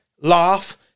laugh